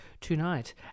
tonight